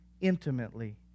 intimately